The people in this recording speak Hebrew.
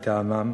לטעמם.